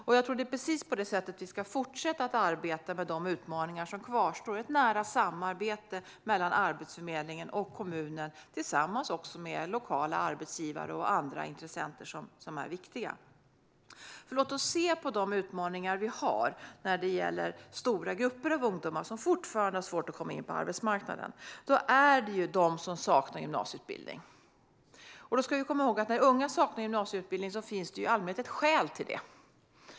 Jag tror att det är precis på detta sätt vi ska fortsätta att arbeta med de utmaningar som kvarstår: ett nära samarbete mellan Arbetsförmedlingen och kommunen tillsammans med lokala arbetsgivare och andra viktiga intressenter. Låt oss se på de utmaningar vi har vad gäller de stora grupper av ungdomar som fortfarande har svårt att komma in på arbetsmarknaden. Det handlar om dem som saknar gymnasieutbildning. När unga saknar gymnasieutbildning finns det i allmänhet ett skäl till det.